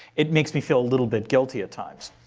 it makes me feel a little bit guilty at times.